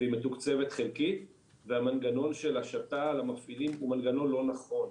והיא מתוקצבת חלקית מהמנגנון של השתה על המפעילים הוא מנגנון לא נכון.